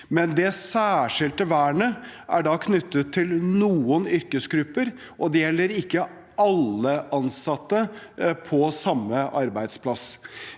286. Det særskilte vernet er knyttet til noen yrkesgrupper og gjelder ikke alle ansatte på samme arbeidsplass.